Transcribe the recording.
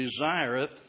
desireth